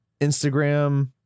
Instagram